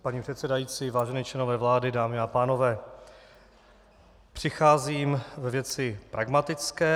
Paní předsedající, vážení členové vlády, dámy a pánové, přicházím ve věci pragmatické.